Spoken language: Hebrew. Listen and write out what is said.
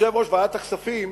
יושב-ראש ועדת הכספים,